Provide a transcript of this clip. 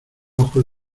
ojos